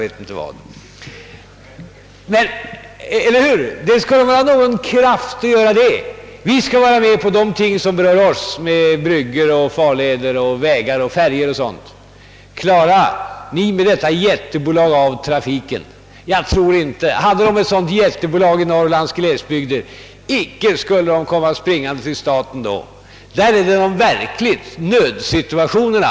Staten skall naturligtvis medverka när det gäller sådana saker som bryggor, farleder, vägar och färjor, men trafiken får klaras av det regionala bolaget. Om man hade haft en sådan jätteorganisation i Norrlands glesbygder, tror jag inte att man där skulle ha kommit springande till staten med begäran om hjälp. I dessa glesbygder föreligger de verkliga nödsituationerna.